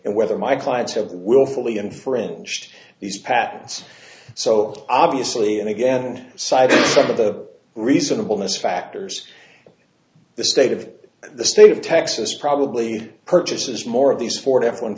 and whether my clients have willfully infringed these patents so obviously and again and side of the reasonable miss factors the state of the state of texas probably purchases more of these ford f one